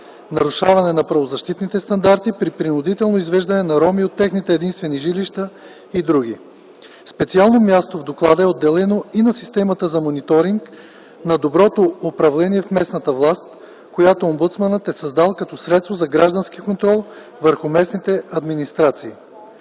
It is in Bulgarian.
нарушаване на правозащитните стандарти при принудително извеждане на роми от техните единствени жилища и др. Специално място в доклада е отделено и на системата за мониторинг на доброто управление в местната власт, която омбудсманът е създал като средство за граждански контрол върху местните администрации.